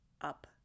up